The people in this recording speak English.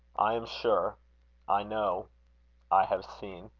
i am sure i know i have seen.